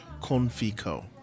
Confico